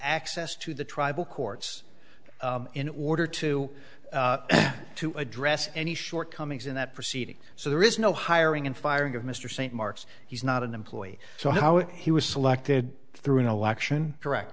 access to the tribal courts in order to to address any shortcomings in that proceeding so there is no hiring and firing of mr st mark's he's not an employee so how he was selected through an election direct